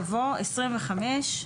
יבוא: "(25)